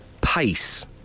Pace